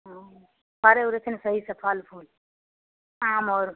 हँ फड़ै उड़ै छै ने सहीसे फल फूल आम आओर